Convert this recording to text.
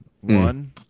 One